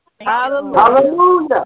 Hallelujah